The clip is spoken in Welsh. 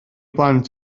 plant